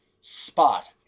spot